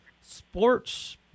sports